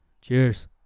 Cheers